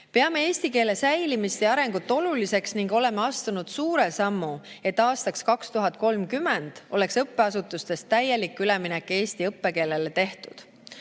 Peame eesti keele säilimist ja arengut oluliseks ning oleme astunud suure sammu, et aastaks 2030 oleks õppeasutustes täielik üleminek eesti õppekeelele tehtud.